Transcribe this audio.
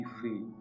free